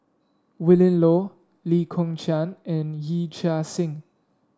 Willin Low Lee Kong Chian and Yee Chia Hsing